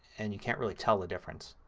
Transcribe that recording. and you can't really tell the difference.